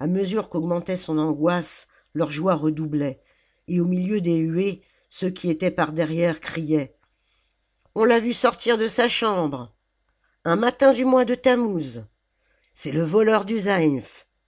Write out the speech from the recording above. a mesure qu'augmentait son angoisse leur joie redoublait et au milieu des huées ceux qui étaient par derrière criaient on l'a vu sortir de sa chambre un matin du mois de tammouz c'est le voleur du